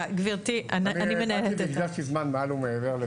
אני באתי והקדשתי זמן מעל ומעבר.